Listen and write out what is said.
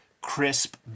crisp